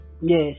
Yes